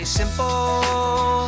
simple